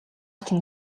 чинь